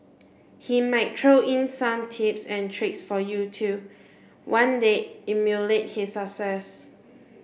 he might throw in some tips and tricks for you to one day emulate his success